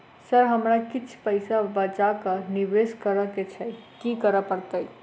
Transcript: Sir हमरा किछ पैसा बचा कऽ निवेश करऽ केँ छैय की करऽ परतै?